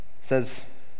says